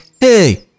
Hey